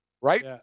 Right